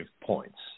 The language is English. points